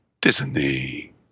Disney